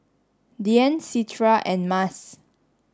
Dian Citra and Mas